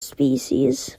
species